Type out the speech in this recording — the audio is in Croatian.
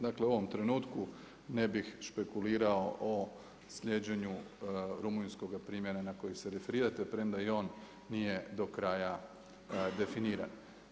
Dakle, u ovom trenutku ne bih špekuliranju o slijeđenju rumunjskoga primjera na koji se referirate, premda ni on nije do kraja definirao.